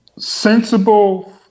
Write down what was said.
sensible